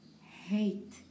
hate